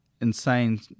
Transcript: insane